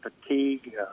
fatigue